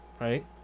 right